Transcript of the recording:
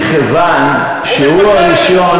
ומכיוון שהוא הראשון